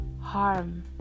harm